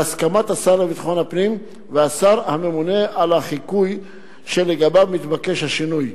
בהסכמת השר לביטחון הפנים והשר הממונה על החיקוק שלגביו מתבקש השינוי,